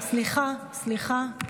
למה?